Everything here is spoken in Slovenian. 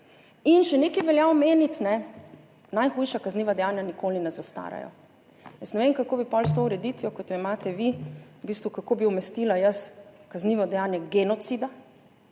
Še nekaj velja omeniti. Najhujša kazniva dejanja nikoli ne zastarajo. Jaz ne vem, kako bi potem s to ureditvijo, kot jo imate vi, umestila kaznivo dejanje genocida,